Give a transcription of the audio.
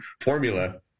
formula